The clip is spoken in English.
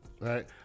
right